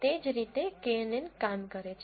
તે જ રીતે knn કામ કરે છે